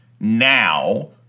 Now